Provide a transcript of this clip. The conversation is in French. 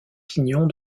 pignons